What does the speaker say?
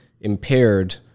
impaired